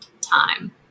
time